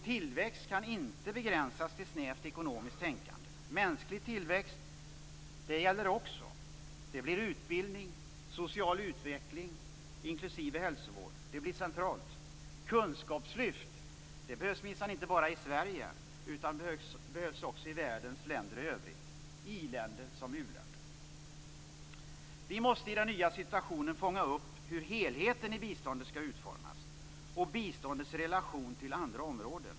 Tillväxt kan inte begränsas till snävt ekonomiskt tänkande. Det gäller också mänsklig tillväxt. Då blir utbildning och social utveckling inklusive hälsovård centralt. Kunskapslyft behövs minsann inte bara i Sverige utan behövs också i världens länder i övrigt, i-länder som u-länder. Vi måste i den nya situationen fånga upp hur helheten i biståndet skall utformas och biståndets relation till andra områden.